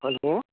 hello